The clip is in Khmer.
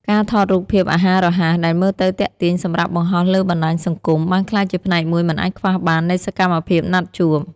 ការថតរូបភាពអាហាររហ័សដែលមើលទៅទាក់ទាញសម្រាប់បង្ហោះលើបណ្ដាញសង្គម បានក្លាយជាផ្នែកមួយមិនអាចខ្វះបាននៃសកម្មភាពណាត់ជួប។